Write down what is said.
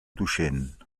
tuixén